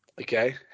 Okay